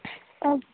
okay